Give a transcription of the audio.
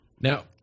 Now